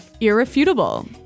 Irrefutable